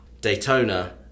Daytona